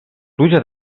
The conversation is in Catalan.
pluja